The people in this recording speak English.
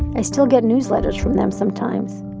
i still get newsletters from them sometimes,